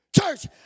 Church